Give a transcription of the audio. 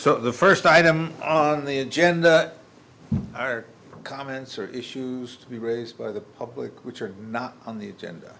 so the first item on the agenda are comments or issues to be raised by the public which are not on the agenda